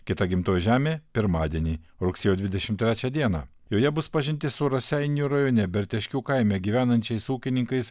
kita gimtoji žemė pirmadienį rugsėjo dvidešimt trečią dieną joje bus pažintis su raseinių rajone berteškių kaime gyvenančiais ūkininkais